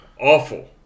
Awful